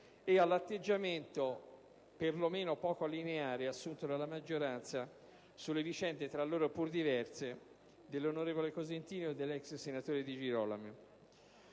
e all'atteggiamento, perlomeno poco lineare, assunto dalla maggioranza sulle vicende, tra loro pur diverse, dell'onorevole Cosentino e dell'ex senatore Nicola